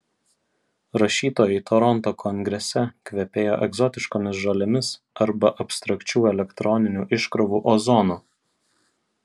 rašytojai toronto kongrese kvepėjo egzotiškomis žolėmis arba abstrakčių elektroninių iškrovų ozonu